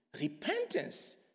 Repentance